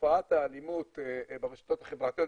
לתופעת האלימות ברשתות החברתיות,